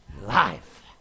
life